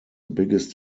biggest